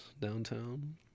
downtown